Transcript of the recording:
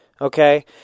okay